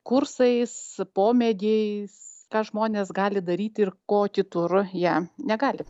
kursais pomėgiais ką žmonės gali daryti ir ko kitur jie negali